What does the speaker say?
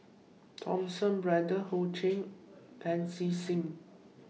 Thomas Braddell Ho Ching Pancy Seng